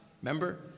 Remember